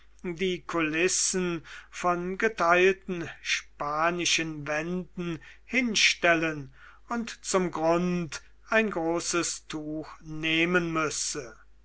die kulissen von geteilten spanischen wänden hinstellen und zum grund ein großes tuch nehmen müsse